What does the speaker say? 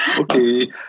Okay